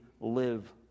live